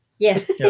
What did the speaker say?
Yes